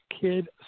Kid